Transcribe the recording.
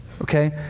Okay